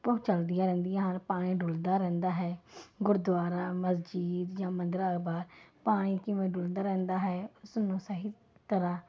ਉਹ ਚੱਲਦੀਆਂ ਰਹਿੰਦੀਆਂ ਹਨ ਪਾਣੀ ਡੁੱਲਦਾ ਰਹਿੰਦਾ ਹੈ ਗੁਰਦੁਆਰਾ ਮਸਜਿਦ ਜਾਂ ਮੰਦਰਾਂ ਬਾਹਰ ਪਾਣੀ ਕਿਵੇਂ ਡੁੱਲਦਾ ਰਹਿੰਦਾ ਹੈ ਉਸ ਨੂੰ ਸਹੀ ਤਰ੍ਹਾਂ